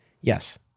Yes